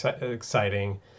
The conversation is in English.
exciting